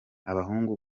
abahungu